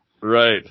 Right